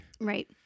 Right